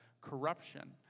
corruption